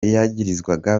yagirizwa